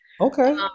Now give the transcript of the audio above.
Okay